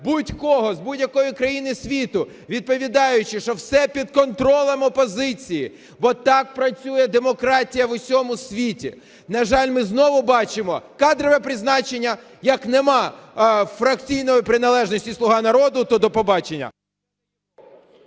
будь-кого з будь-якої країни світу, відповідаючи, що все під контролем опозиції, бо так працює демократія в усьому світі. На жаль, ми знову бачимо: кадрове призначення, як немає фракційної приналежності "Слуга народу", то до побачення.